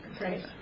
right